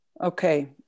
Okay